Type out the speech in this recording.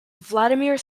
vladimir